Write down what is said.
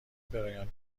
برایان